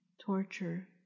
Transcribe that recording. torture